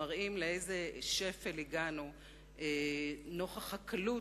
מראים לאיזה שפל הגענו נוכח הקלות